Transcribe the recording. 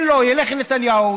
ילך נתניהו,